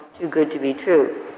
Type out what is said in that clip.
too-good-to-be-true